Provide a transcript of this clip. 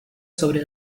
sobre